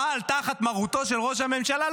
פעל תחת מרותו של ראש הממשלה,